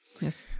Yes